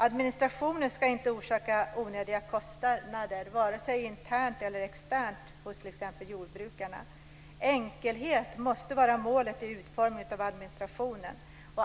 Administrationen ska inte orsaka onödiga kostnader vare sig internt eller externt för t.ex. jordbrukarna. Enkelhet måste vara målet vid utformningen av administrationen.